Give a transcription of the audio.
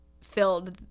filled